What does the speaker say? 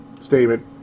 Statement